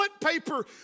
paper